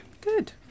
Good